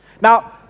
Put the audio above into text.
Now